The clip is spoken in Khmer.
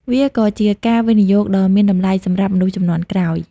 វាក៏ជាការវិនិយោគដ៏មានតម្លៃសម្រាប់មនុស្សជំនាន់ក្រោយ។